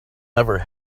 never